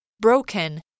Broken